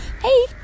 hey